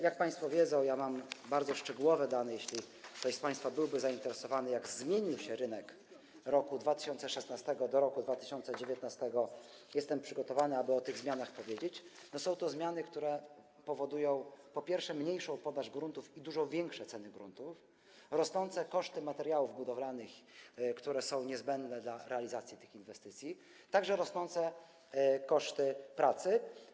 Jak państwo wiedzą - mam bardzo szczegółowe dane i jeśli ktoś z państwa byłby zainteresowany, jak zmienił się rynek od roku 2016 do roku 2019, jestem przygotowany, aby o tych zmianach powiedzieć - są to zmiany, które powodują, po pierwsze, mniejszą podaż gruntów i dużo wyższe ceny gruntów, rosnące koszty materiałów budowlanych, które są niezbędne dla realizacji tych inwestycji, także rosnące koszty pracy.